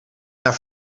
naar